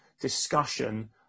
discussion